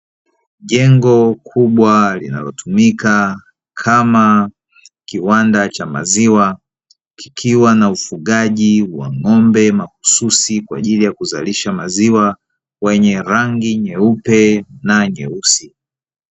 Jengo kubwa linalotumika kama kiwanda cha maziwa, kikiwa na ufugaji wa ng'ombe mahususi kwa ajili ya kuzalisha maziwa, wenye rangi nyeupe na nyeusi.